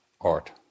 art